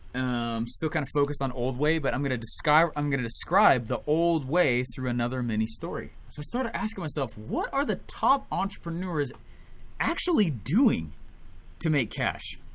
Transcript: um still kinda kind of focused on old way but i'm gonna describe um gonna describe the old way through another mini story. so i started asking myself, what are the top entrepreneurs actually doing to make cash?